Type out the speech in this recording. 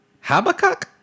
Habakkuk